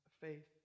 faith